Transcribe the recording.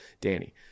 Danny